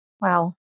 Wow